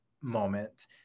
moment